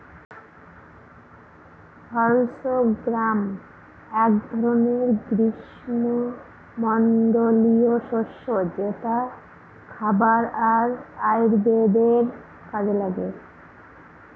horse gram এক ধরনের গ্রীস্মমন্ডলীয় শস্য যেটা খাবার আর আয়ুর্বেদের কাজে লাগে